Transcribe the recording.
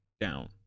down